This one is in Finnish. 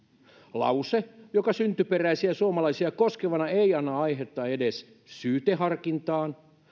lause joka syntyperäisiä suomalaisia koskevana ei anna aihetta edes syyteharkintaan